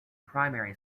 primary